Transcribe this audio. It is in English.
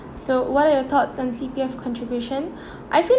so what are your thoughts on C_P_F contribution I feel